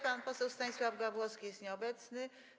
Pan poseł Stanisław Gawłowski jest nieobecny.